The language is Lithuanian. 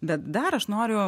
bet dar aš noriu